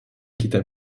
quitta